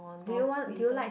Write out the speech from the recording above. oh winter